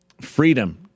freedom